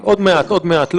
עוד מעט.